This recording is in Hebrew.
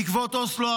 בעקבות אוסלו,